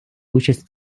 участь